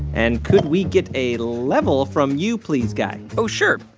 and could we get a level from you, please, guy? oh, sure.